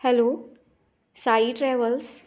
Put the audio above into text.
hello Sai travels